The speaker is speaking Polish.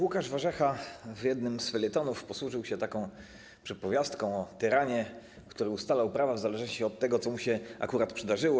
Łukasz Warzecha w jednym z felietonów posłużył się taką przypowiastką o tyranie, który ustalał prawa w zależności od tego, co mu się akurat przydarzyło.